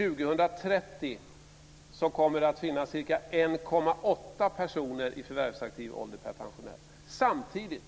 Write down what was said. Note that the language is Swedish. År 2030 kommer det att finnas ca 1,8 personer i förvärvsaktiv ålder per pensionär, samtidigt